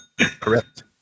correct